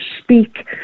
speak